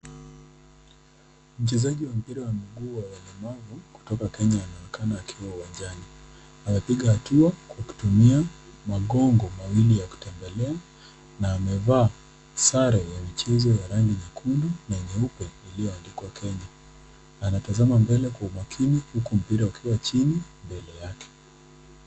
Mchezaji wa mpira wa mguu wa walemavu, kutoka Kenya anaonekana akiwa uwanjani. Anapiga hatua kwa kutumia magongo mawili ya kutembelea na amevaa sare ya michezo ya rangi nyekundu na nyeupe, iliyoandikwa Kenya. Anatazama mbele kwa umakini, huku mpira ukiwa chini mbele yake.